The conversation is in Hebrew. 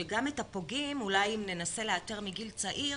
שגם את הפוגעים אולי אם ננסה לאתר מגיל צעיר,